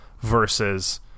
Versus